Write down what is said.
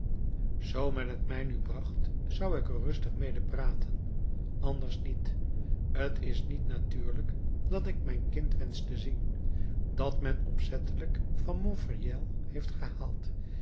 men het mij nu bracht zou ik er rustig mede praten anders niet is t niet natuurlijk dat ik mijn kind wensch te zien dat men opzettelijk van montfermeil heeft gehaald